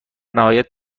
نهایت